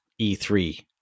E3